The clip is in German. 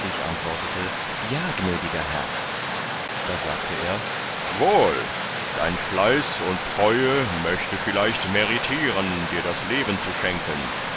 ich antwortete ja gnädiger herr da sagte er wohl dein fleiß und treue möchte vielleicht meritiern dir das leben zu schenken